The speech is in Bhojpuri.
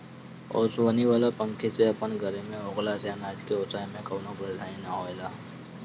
ओसवनी वाला पंखी अपन घरे होखला से अनाज के ओसाए में कवनो परेशानी ना होएला